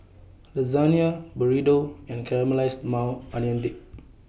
Lasagne Burrito and Caramelized Maui Onion Dip